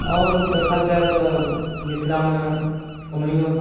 आओर देखल जाय तऽ मिथिला मे ओनहियौ